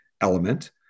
element